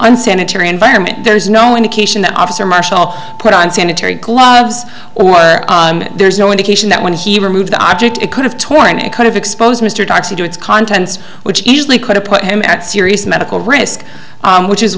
unsanitary environment there is no indication that officer marshall put on sanitary gloves or there's no indication that when he removed the object it could have twine it could have exposed mr doxey to its contents which easily could have put him at serious medical risk which is